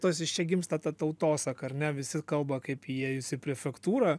tas iš čia gimsta tautosaka ar ne visi kalba kaip įėjus į prefektūrą